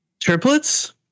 Triplets